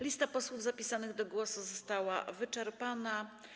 Lista posłów zapisanych do głosu została wyczerpana.